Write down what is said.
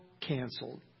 canceled